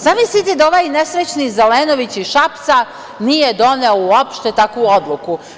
Zamislite da ovaj nesrećni Zelenović iz Šapca nije doneo uopšte ovakvu odluku.